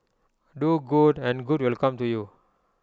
do good and good will come to you